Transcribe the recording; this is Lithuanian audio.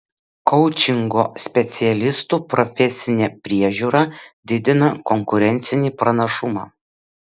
koučingo specialistų profesinė priežiūra didina konkurencinį pranašumą